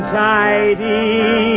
tidy